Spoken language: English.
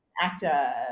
actor